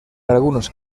algunos